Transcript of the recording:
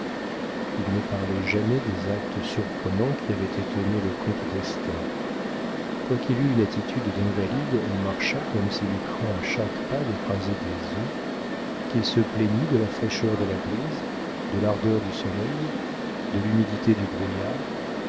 il ne parlait jamais des actes surprenants qui avaient étonné le comte d'estaing quoiqu'il eût une attitude d'invalide et marchât comme s'il eût craint à chaque pas d'écraser des œufs qu'il se plaignît de la fraîcheur de la brise de l'ardeur du soleil de l'humidité du brouillard